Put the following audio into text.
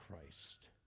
Christ